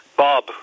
Bob